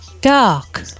Dark